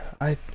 I-